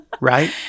right